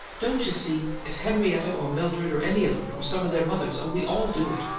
don't you see? if henrietta or mildred or any of em or some of their mothers oh, we all do it!